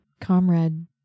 comrade